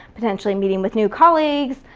potentially meeting with new colleagues,